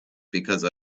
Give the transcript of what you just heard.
because